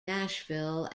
nashville